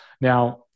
Now